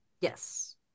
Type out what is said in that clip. Yes